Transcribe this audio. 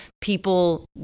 people